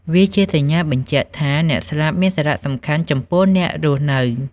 វាជាសញ្ញាបញ្ជាក់ថា អ្នកស្លាប់មានសារៈសំខាន់ចំពោះអ្នករស់នៅ។